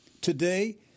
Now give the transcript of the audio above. Today